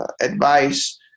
advice